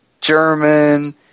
German